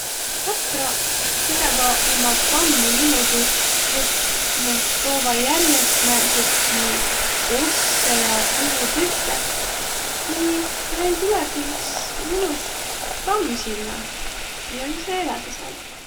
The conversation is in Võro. Kopraq tegeväq umma tammi niimuudu, et nä toovaq järest määntsitki ossõ ja puutükke, kuni näil tulõgi üts mõnus tamm sinnäq. Ja sis nä eläseq sääl